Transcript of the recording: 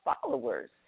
followers